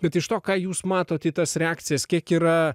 bet iš to ką jūs matot į tas reakcijas kiek yra